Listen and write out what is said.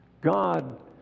God